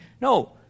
No